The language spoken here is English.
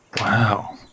Wow